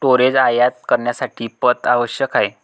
storage आयात करण्यासाठी पथ आवश्यक आहे